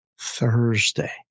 Thursday